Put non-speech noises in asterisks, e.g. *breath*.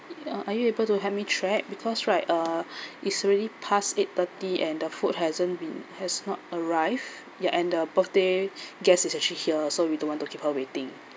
ya are you able to help me track because right uh *breath* it's already past eight thirty and the food hasn't been has not arrive ya and the birthday *breath* guest is actually here so we don't want to keep her waiting